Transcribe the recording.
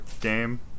game